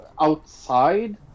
outside